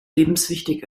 lebenswichtig